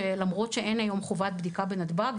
שלמרות שאין היום חובת בדיקה בנתב"ג,